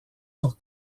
sur